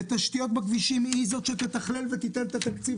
בתשתיות בכבישים היא זאת שתתכלל ותיתן את התקציב